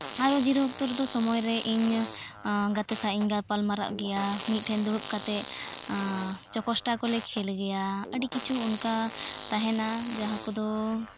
ᱟᱨᱚ ᱡᱤᱨᱟᱹᱣ ᱚᱠᱛᱚ ᱨᱮᱫᱚ ᱥᱚᱢᱚᱭ ᱨᱮ ᱤᱧ ᱜᱟᱛᱮ ᱥᱟᱞᱟᱜ ᱤᱧ ᱜᱟᱯᱟᱞ ᱢᱟᱨᱟᱜ ᱜᱮᱭᱟ ᱢᱤᱫ ᱴᱷᱮᱱ ᱫᱩᱲᱩᱵ ᱠᱟᱛᱮᱫ ᱪᱳᱠᱳᱥᱴᱟ ᱠᱚᱞᱮ ᱠᱷᱮᱞ ᱜᱮᱭᱟ ᱟᱹᱰᱤ ᱠᱤᱪᱷᱩ ᱚᱱᱠᱟ ᱛᱟᱦᱮᱱᱟ ᱡᱟᱦᱟᱸ ᱠᱚᱫᱚ